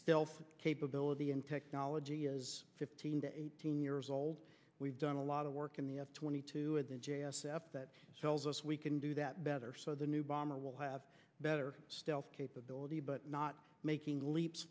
stealth capability in technology is fifteen to eighteen years old we've done a lot of work in the twenty two at the j s f that sells us we can do that better so the new bomber will have better stealth capability but not making leaps